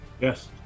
yes